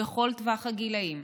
בכל טווח הגילאים,